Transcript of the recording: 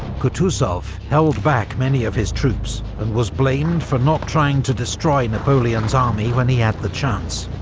kutuzov held back many of his troops, and was blamed for not trying to destroy napoleon's army when he had the chance.